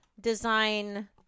Design